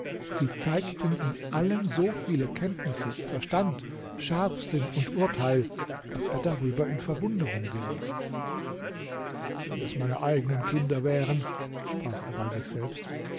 sie zeigten in allem so viele kenntnisse verstand scharfsinn und urteil daß er darüber in verwunderung geriet wenn es meine eigenen kinder wären sprach er bei sich selbst